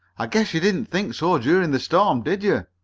i guess you didn't think so during the storm, did you?